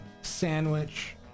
Sandwich